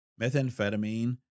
Methamphetamine